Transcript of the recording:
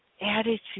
attitude